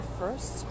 first